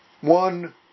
one